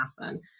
happen